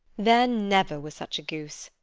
there never was such a goose.